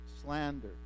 Slander